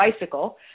bicycle